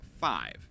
five